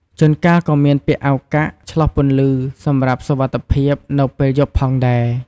ជួនកាលក៏មានពាក់អាវកាក់ឆ្លុះពន្លឺសម្រាប់សុវត្ថិភាពនៅពេលយប់ផងដែរ។